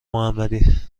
محمدی